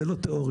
זה לא תיאוריה.